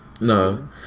No